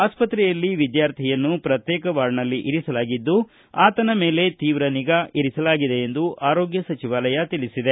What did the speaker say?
ಆಸ್ವತ್ರೆಯಲ್ಲಿ ವಿದ್ಯಾರ್ಥಿಯನ್ನು ಪ್ರತ್ತೇಕ ವಾರ್ಡ್ನಲ್ಲಿ ಇರಿಸಲಾಗಿದ್ದು ಆತನ ಮೇಲೆ ತೀವ್ರ ನಿಗಾ ಇರಿಸಲಾಗಿದೆ ಎಂದು ಆರೋಗ್ಯ ಸಚಿವಾಲಯ ತಿಳಿಸಿದೆ